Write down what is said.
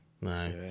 No